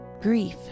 grief